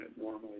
normally